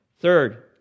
Third